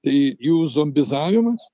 tai jų zombizavimas